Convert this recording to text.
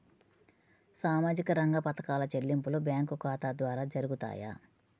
సామాజిక రంగ పథకాల చెల్లింపులు బ్యాంకు ఖాతా ద్వార జరుగుతాయా?